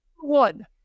one